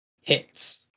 hits